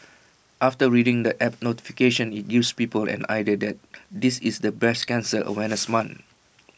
after reading the app notification IT gives people an idea that this is the breast cancer awareness month